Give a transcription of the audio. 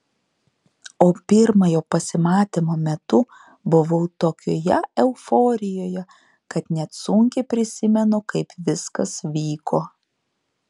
o pirmojo pasimatymo metu buvau tokioje euforijoje kad net sunkiai prisimenu kaip viskas vyko